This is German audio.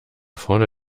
vorne